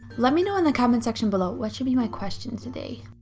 let me know in the comments section below, what should be my question today?